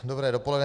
Dobré dopoledne.